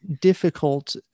difficult